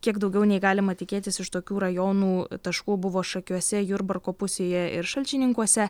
kiek daugiau nei galima tikėtis iš tokių rajonų taškų buvo šakiuose jurbarko pusėje ir šalčininkuose